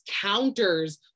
counters